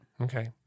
Okay